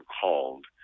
called